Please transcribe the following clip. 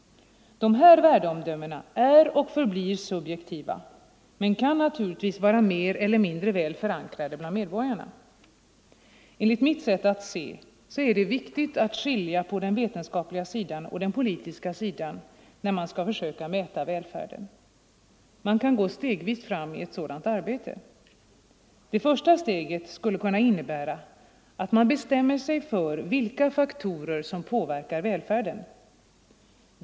Dessa värdeomdömen är och förblir subjektiva men kan naturligtvis vara mer eller mindre väl förankrade bland medborgarna. Enligt mitt sätt att se är det viktigt att skilja på den vetenskapliga sidan och den politiska sidan när man skall försöka mäta välfärden. Man kan gå stegvis fram i ett sådant arbete. Det första steget skulle kunna innebära att man bestämmer sig för olika faktorer som påverkar välfärden.